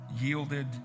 yielded